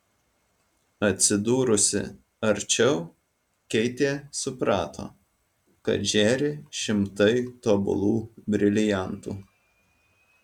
atsidūrusi arčiau keitė suprato kad žėri šimtai tobulų briliantų